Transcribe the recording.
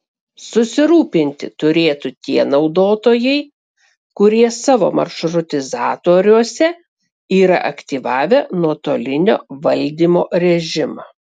susirūpinti turėtų tie naudotojai kurie savo maršrutizatoriuose yra aktyvavę nuotolinio valdymo režimą